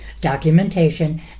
documentation